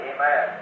Amen